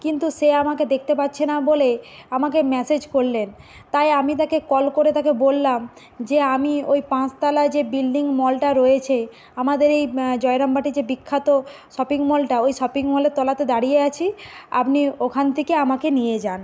কিন্তু সে আমাকে দেখতে পাচ্ছে না বলে আমাকে মেসেজ করলেন তাই আমি তাকে কল করে তাকে বললাম যে আমি ওই পাঁচতলায় যে বিল্ডিং মলটা রয়েছে আমাদের এই জয়রামবাটির যে বিখ্যাত শপিং মলটা ওই শপিং মলের তলাতে দাঁড়িয়ে আছি আপনি ওখান থেকে আমাকে নিয়ে যান